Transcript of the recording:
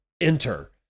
enter